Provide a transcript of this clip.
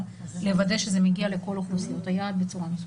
לוודא שזה מגיע לכל אוכלוסיות היעד בצורה מסודרת.